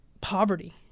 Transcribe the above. poverty